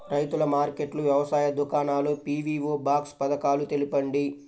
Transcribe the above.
రైతుల మార్కెట్లు, వ్యవసాయ దుకాణాలు, పీ.వీ.ఓ బాక్స్ పథకాలు తెలుపండి?